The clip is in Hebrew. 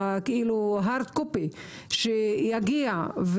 "הארד-קופי" שיגיע,